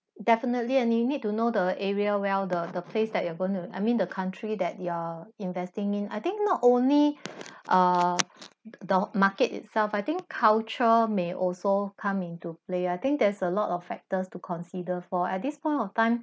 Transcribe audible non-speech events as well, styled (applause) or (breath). definitely and you need to know the area well the the place that you are going to I mean the country that you're investing in I think not only (breath) err the market itself I think culture may also come into play I think there's a lot of factors to consider for at this point of time